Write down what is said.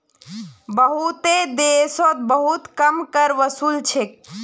बहुतेते देशोत बहुत कम कर वसूल छेक